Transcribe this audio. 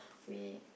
we